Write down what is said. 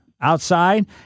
outside